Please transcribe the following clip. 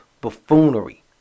buffoonery